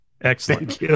Excellent